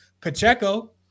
Pacheco